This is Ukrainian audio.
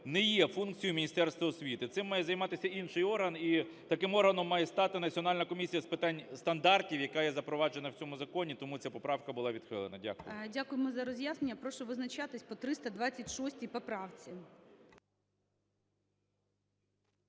не є функцією Міністерства освіти. Цим має займатися інший орган, і таким органом має стати Національна комісія з питань стандартів, яка є запроваджена в цьому законі, тому ця поправка була відхилена. Дякую. ГОЛОВУЮЧИЙ. Дякуємо за роз'яснення. Прошу визначатись по 326 поправці.